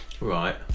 Right